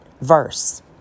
verse